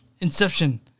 Inception